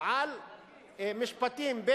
על משפטים,